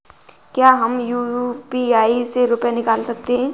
क्या हम यू.पी.आई से रुपये निकाल सकते हैं?